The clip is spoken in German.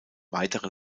weitere